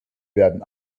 werden